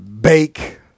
Bake